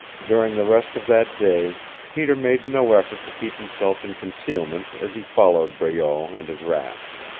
during the rest of that day peter made no effort to keep himself in concealment as he followed breault and his raft.